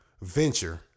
venture